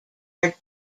are